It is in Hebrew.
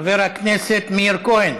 חבר הכנסת מאיר כהן,